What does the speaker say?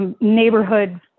neighborhoods